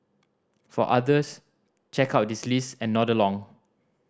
for others check out this list and nod along